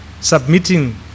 submitting